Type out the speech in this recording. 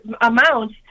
amount